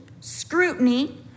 scrutiny